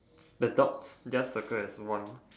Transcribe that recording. the dog just circle as one